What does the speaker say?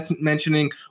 mentioning